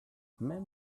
men